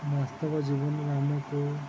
ବାସ୍ତବ ଜୀବନ ଆମକୁ